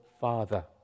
father